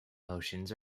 motions